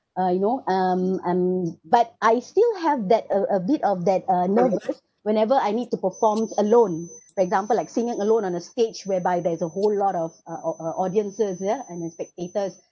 uh you know um um but I still have that a a bit of that uh nervous whenever I need to perform alone for example like singing alone on a stage whereby there's a whole lot of uh of uh audiences ya and uh spectators